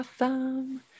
Awesome